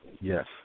Yes